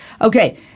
Okay